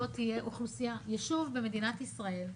יישוב במדינת ישראל,